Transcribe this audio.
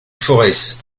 forez